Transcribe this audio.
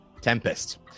Tempest